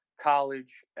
college